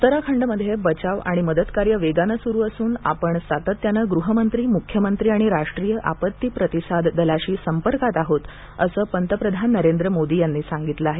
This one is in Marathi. उत्तराखंडमध्ये बचाव आणि मदतकार्य वेगानं सुरू असून आपण सातत्यानं गृहमंत्री मुख्यामंत्री आणि राष्ट्रीय आपत्ती प्रतिसाद दलाशी संपर्कात आहोत असं पंतप्रधान नरेंद्र मोदी यांनी सांगितलं आहे